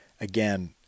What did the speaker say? again